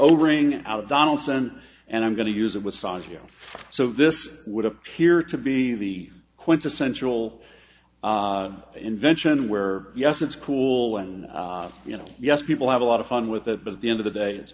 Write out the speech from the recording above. overing out donaldson and i'm going to use it with sawyer so this would appear to be the quintessential invention where yes it's cool and you know yes people have a lot of fun with it but at the end of the day it's